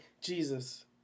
Jesus